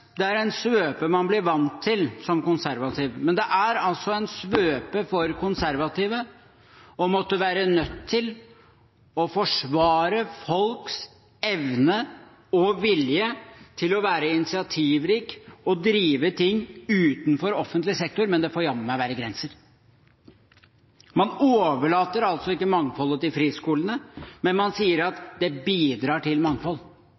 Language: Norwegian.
Det er en svøpe, en svøpe man blir vant til som konservativ, men det er altså en svøpe for konservative å være nødt til å forsvare folks evne og vilje til å være initiativrik og drive ting utenfor offentlig sektor – men det får jammen meg være grenser! Man overlater altså ikke mangfoldet til friskolene, men man sier at «det bidrar til mangfold».